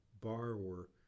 borrower